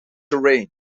terrain